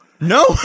No